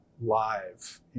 live